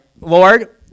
Lord